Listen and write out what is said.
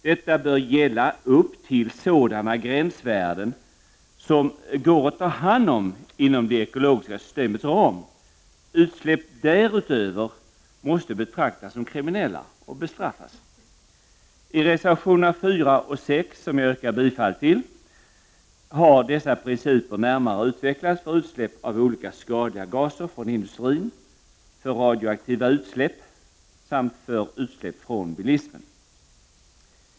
Detta bör gälla upp till sådana gränsvärden som går att ta hand om inom det ekolo giska systemets ram. Utsläpp därutöver måste betraktas som kriminella och bestraffas. I reservationerna 4 och 6, som jag yrkar bifall till, har dessa principer närmare utvecklats för utsläpp av olika skadliga gaser från industrin, för radioaktiva utsläpp samt för utsläpp från bilismen.